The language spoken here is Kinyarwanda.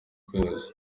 kwezi